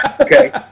Okay